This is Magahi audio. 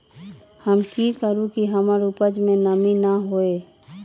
हम की करू की हमर उपज में नमी न होए?